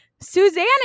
Suzanne